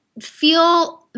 feel